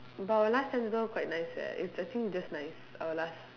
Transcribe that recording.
but our last sem also quite nice eh it's I think just nice our last